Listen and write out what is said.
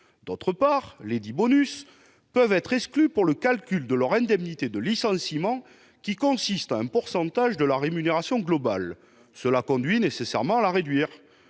D'autre part, lesdits bonus peuvent être exclus pour le calcul de leur indemnité de licenciement, laquelle consiste en un pourcentage de la rémunération globale, ce qui conduit nécessairement à la réduire.